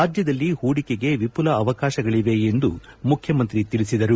ರಾಜ್ಯದಲ್ಲಿ ಹೂಡಿಕೆಗೆ ವಿಮಲ ಅವಕಾಶಗಳಿವೆ ಎಂದು ಮುಖ್ಯಮಂತ್ರಿ ತಿಳಿಸಿದರು